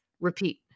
repeat